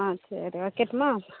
ஆ சரி வைக்கட்டுமா